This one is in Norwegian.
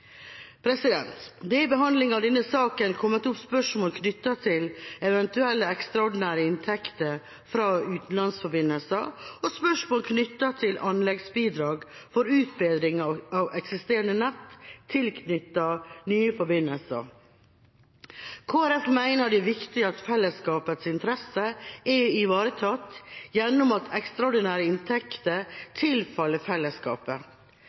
Det er i behandlingen av denne saken kommet opp spørsmål knyttet til eventuelle ekstraordinære inntekter fra utenlandsforbindelser og spørsmål knyttet til anleggsbidrag for utbedring av eksisterende nett tilknyttet nye forbindelser. Kristelig Folkeparti mener det er viktig at felleskapets interesser er ivaretatt gjennom at ekstraordinære inntekter tilfaller fellesskapet.